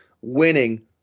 winning